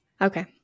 okay